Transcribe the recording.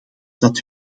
dat